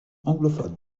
anglophone